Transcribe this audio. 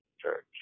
church